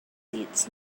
seats